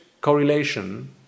correlation